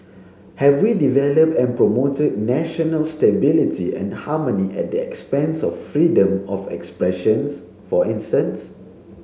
have we developed and promoted national stability and harmony at the expense of freedom of expression for instance